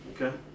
Okay